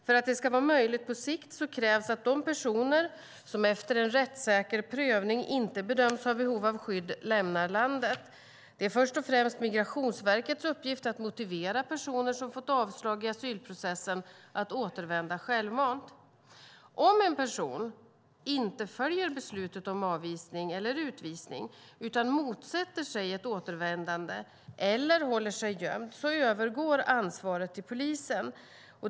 För att det ska vara möjligt på sikt krävs att de personer som, efter en rättssäker prövning, inte bedömts ha behov av skydd lämnar landet. Det är först och främst Migrationsverkets uppgift att motivera personer som fått avslag i asylprocessen att återvända självmant. Om en person inte följer beslutet om avvisning eller utvisning utan motsätter sig ett återvändande, eller håller sig gömd, övergår ansvaret till polisen.